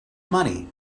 money